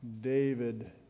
David